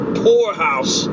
poorhouse